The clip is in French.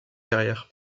carrière